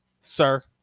sir